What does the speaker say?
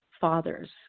fathers